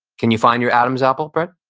can you find your adam's apple, brett?